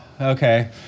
Okay